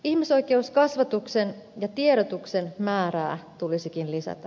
ihmisoikeuskasvatuksen ja tiedotuksen määrää tulisikin lisätä